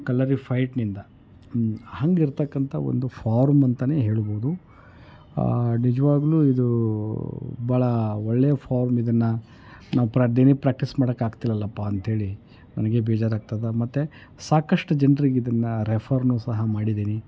ಕಳರಿಪಯಟ್ನಿಂದ ಹಾಗಿರ್ತಕ್ಕಂತ ಒಂದು ಫಾರ್ಮ್ ಅಂತಲೇ ಹೇಳ್ಬೋದು ನಿಜವಾಗ್ಲೂ ಇದು ಭಾಳ ಒಳ್ಳೆಯ ಫಾರ್ಮ್ ಇದನ್ನು ನಾವು ಪ್ರ ದಿನಾ ಪ್ರ್ಯಾಕ್ಟೀಸ್ ಮಾಡಕೆ ಆಗ್ತಿರಲ್ಲಪ್ಪ ಅಂತ್ಹೇಳಿ ನನಗೆ ಬೇಜಾರಾಗ್ತದೆ ಮತ್ತು ಸಾಕಷ್ಟು ಜನ್ರಿಗೆ ಇದನ್ನು ರೆಫರನ್ನೂ ಸಹ ಮಾಡಿದ್ದೀನಿ